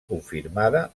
confirmada